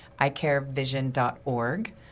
icarevision.org